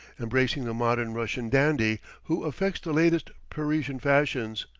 embracing the modern russian dandy, who affects the latest parisian fashions,